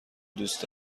دوست